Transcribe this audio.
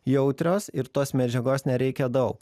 jautrios ir tos medžiagos nereikia daug